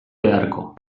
beharko